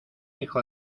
hijo